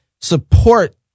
support